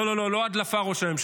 לא, לא, לא, לא הדלפה, ראש הממשלה.